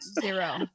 Zero